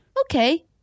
Okay